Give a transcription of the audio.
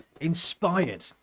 inspired